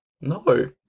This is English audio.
No